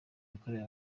yakorewe